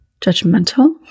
judgmental